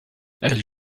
elle